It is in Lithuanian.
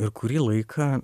ir kurį laiką